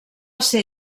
ser